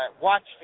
Watch